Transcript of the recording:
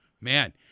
man